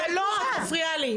לא, את מפריעה לי.